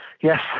Yes